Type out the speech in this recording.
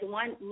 one